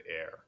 air